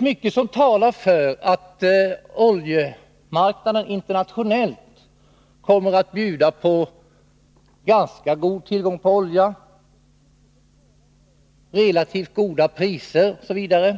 fråga om oljemarknaden internationellt sett är det mycket som talar för en ganska god tillgång på olja, relativt bra priser osv.